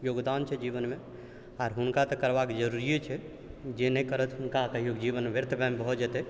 योगदान छै जीवनमे आओर हुनका तऽ करबाक जरूरिए छै जे नहि करथि हुनका कहिऔ जीवन व्यर्थमे भऽ जेतै